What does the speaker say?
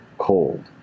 cold